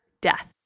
Death